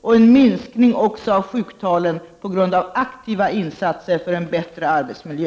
Överenskommelsen innebär också en minskning av sjuktalen genom aktiva insatser för en bättre arbetsmiljö.